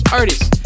artists